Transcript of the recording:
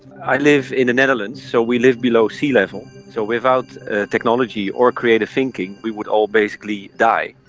i live in the netherlands, so we live below sea level, so without technology or creative thinking we would all basically die.